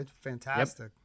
fantastic